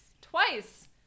Twice